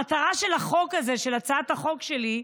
המטרה של החוק הזה, של הצעת החוק שלי,